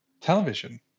television